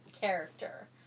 character